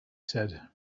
said